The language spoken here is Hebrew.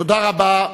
תודה רבה.